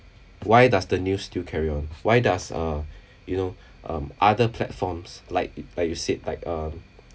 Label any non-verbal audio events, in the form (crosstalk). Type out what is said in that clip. why does the news still carry on why does uh (breath) you know um other platforms like like you said like um